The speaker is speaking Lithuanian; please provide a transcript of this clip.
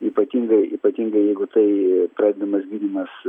ypatingai ypatingai jeigu tai pradedamas gydymas